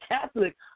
Catholic